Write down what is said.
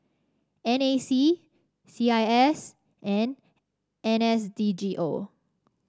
N A C C I S and N S D G O